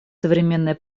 современные